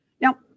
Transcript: Now